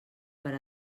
per